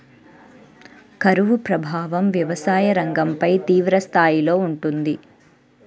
కరువు ప్రభావం వ్యవసాయ రంగంపై తీవ్రస్థాయిలో ఉంటుంది